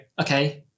okay